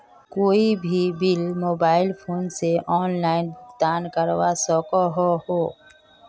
कोई भी bill mobile phone से ऑनलाइन भुगतान करवा सकोहो ही?